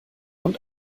und